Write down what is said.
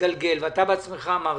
שמתגלגל ואתה בעצמך אמרת.